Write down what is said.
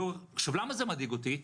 למה זה מדאיג אותי?